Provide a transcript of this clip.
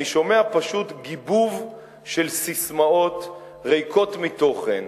אני שומע פשוט גיבוב של ססמאות ריקות מתוכן.